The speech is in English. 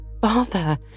father